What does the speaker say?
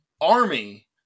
Army